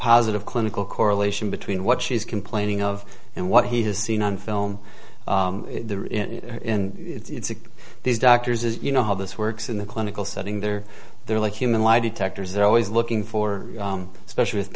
positive clinical correlation between what she's complaining of and what he has seen on film it's like these doctors as you know how this works in the clinical setting there they're like human lie detectors they're always looking for especially with